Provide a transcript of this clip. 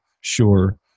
sure